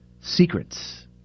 secrets